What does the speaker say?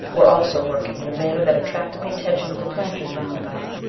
were also working in a manner that attracted the attention of the planters round about.